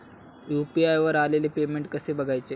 UPI वर आलेले payment कसे बघायचे?